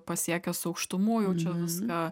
pasiekęs aukštumų jau čia viską